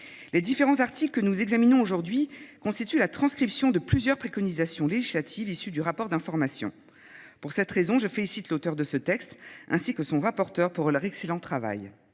Les différents articles que nous examinons aujourd'hui constituent la transcription de plusieurs préconisations législatives issues du rapport d'information. Pour cette raison, je félicite l'auteur de ce texte ainsi que son rapporteur pour leur excellent travail.